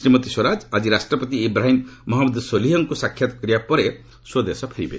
ଶ୍ରୀମତୀ ସ୍ୱରାଜ ଆଜି ରାଷ୍ଟ୍ରପତି ଇବ୍ରାହିମ୍ ମହଞ୍ମଦ ସୋଲିହଙ୍କୁ ସାକ୍ଷାତ କରିବାର ପରେ ସ୍ପଦେଶ ଫେରିବେ